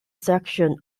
section